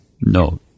no